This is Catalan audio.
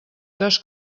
cas